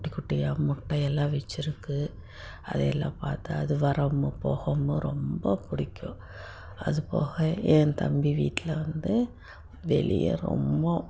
குட்டிகுட்டியாக முட்டையெல்லாம் வெச்சுருக்கு அதை எல்லாம் பார்த்தா அது வரவும் போகவும் ரொம்ப பிடிக்கும் அதுபோக என் தம்பி வீட்டில் வந்து வெளியே ரொம்ப